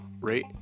rate